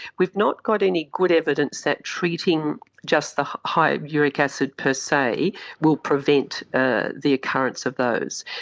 we've not got any good evidence that treating just the high uric acid per se will prevent ah the occurrence of those.